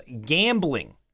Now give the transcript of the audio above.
gambling